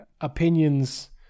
Opinions